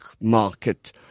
market